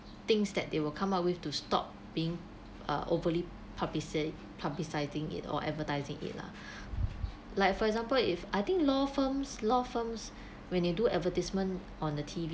things that they will come up with to stop being uh overly publici~ publicizing it or advertising it lah like for example if I think law firms law firms when you do advertisement on the T_V